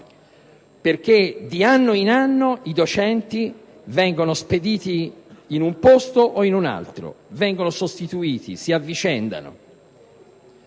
perché di anno in anno i docenti vengono spediti in un posto o in un altro; vengono sostituiti, si avvicendano.